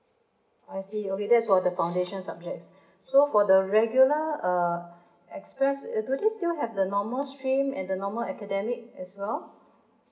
I see okay that's for the foundation subjects so for the regular uh express will there still have the normal stream and the normal academic as well